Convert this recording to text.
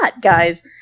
guys